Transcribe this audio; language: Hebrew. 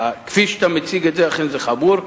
כפי שאתה מציג את זה, אכן זה חמור.